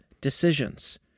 decisions